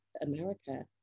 America